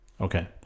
Okay